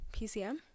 pcm